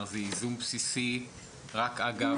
זה ייזום בסיסי רק אגב מוצר פנסיוני?